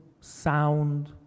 sound